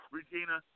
Regina